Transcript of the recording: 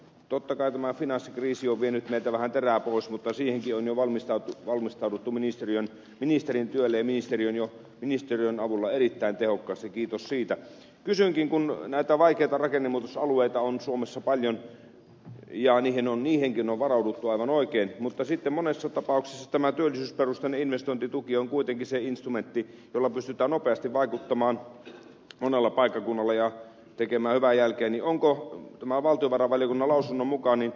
tottakai tämä finanssikriisi on vienyt meitä vähän perää kuisma tosin joina valmista valmistauduttu ministerien ministerin työlle ministeriön ja ministeriön avulla erittäin tehokkaasti kiitos siitä kysynkin kun näitä vaikeita rakennemuutosalueita on suomessa paljon ja niihin on niinkin ovat aivan oikein mutta sitä monessa tapauksessa tämä tyyli on investointituki on kuitenkin se instrumentti jolla pystytään nopeasti vaikuttamaan monella paikkakunnalla ja tekemään vai jälkeen onko tämä valtava rapelin mukaani